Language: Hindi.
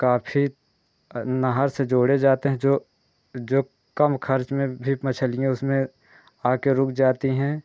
काफ़ी नहर से जोड़े जाते हैं जो जो कम ख़र्च में भी मच्छलियाँ उसमें आकर रुक जाती हैं